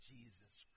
Jesus